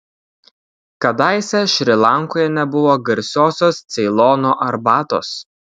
kadaise šri lankoje nebuvo garsiosios ceilono arbatos